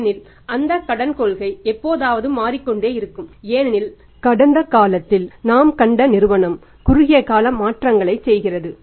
ஏனெனில் அந்தக் கடன் கொள்கை எப்போதாவது மாறிக்கொண்டே இருக்கும் ஏனெனில் கடந்த காலத்தில் நாம் கண்ட நிறுவனம் குறுகிய கால மாற்றங்களைச் செய்கிறது